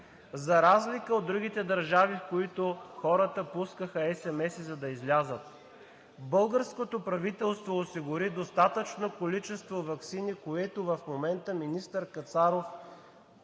за разлика от другите държави, в които хората пускаха есемеси, за да излязат. Българското правителство осигури достатъчно количество ваксини, което в момента министър Кацаров